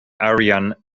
aryan